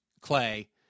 Clay